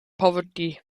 poverty